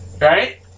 right